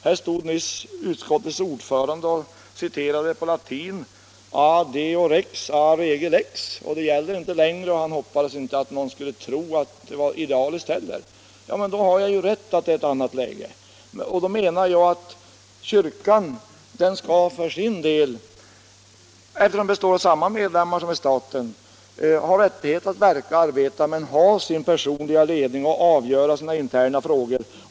Alldeles nyss stod utskottets ordförande här och citerade på latin ”a Deo rex, a rege lex”. Det gäller inte längre, och talaren hoppades att ingen heller skulle tro att det vore idealiskt. Men då har ju jag rätt i att vi har ett läge i dag som kräver förändringar av kyrkans ställning. Och eftersom kyrkan består av samma medlemmar som staten, så menar jag att kyrkan skall ha rätt att arbeta och verka, att ha sin personliga ledning och att avgöra sina egna interna frågor.